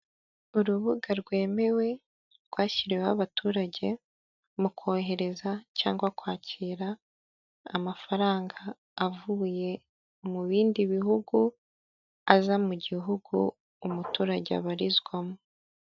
Urubuga rwemewe rwashyiriweho abaturage mu kohereza cyangwa kwakira amafaranga avuye mu bindi bihugu aza mu gihugu umuturage abarizwamo.